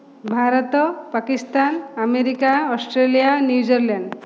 Bharat Pakistan America Australia New Zealand